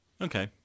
Okay